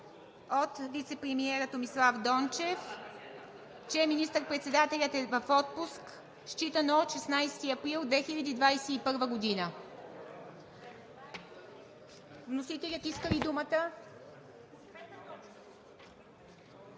от вицепремиера Томислав Дончев, че министър-председателят е в отпуск, считано от 16 април 2021 г. Вносителят иска ли думата?